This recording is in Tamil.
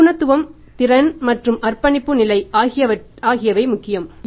நிபுணத்துவம் திறன் மற்றும் அர்ப்பணிப்பின் நிலை ஆகியவை முக்கியம்